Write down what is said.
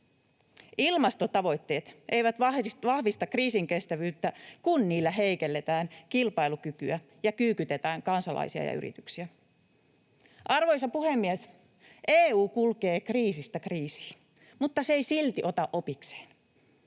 Ilmastotavoitteet eivät vahvista kriisinkestävyyttä, kun niillä heikennetään kilpailukykyä ja kyykytetään kansalaisia ja yrityksiä. Arvoisa puhemies! EU kulkee kriisistä kriisiin, mutta se ei silti ota opikseen.